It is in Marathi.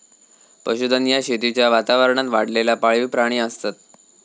पशुधन ह्या शेतीच्या वातावरणात वाढलेला पाळीव प्राणी असत